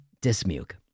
Dismuke